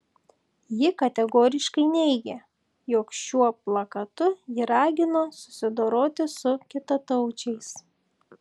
ji kategoriškai neigė jog šiuo plakatu ji ragino susidoroti su kitataučiais